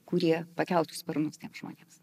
kurie pakeltų sparnus žmonėms